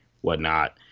whatnot